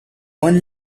one